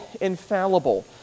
infallible